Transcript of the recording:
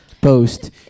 post